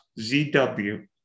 ZW